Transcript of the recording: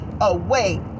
away